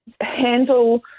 handle